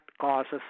causes